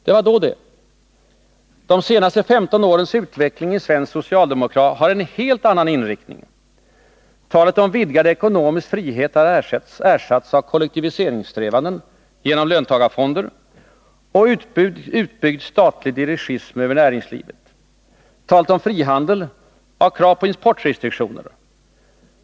Det var då det. De senaste 15 årens utveckling i svensk socialdemokrati har en helt annan inriktning. Talet om vidgad ekonomisk frihet har ersatts av kollektiviseringssträvanden genom löntagarfonder och utbyggd statlig dirigism över närings livet, talet om frihandel av krav på importrestriktioner.